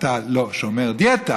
אתה לא שומר דיאטה,